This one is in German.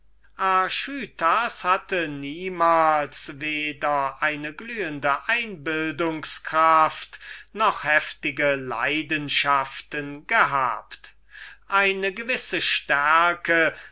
hatte niemalen weder eine glühende einbildungs-kraft noch heftige leidenschaften gehabt eine gewisse stärke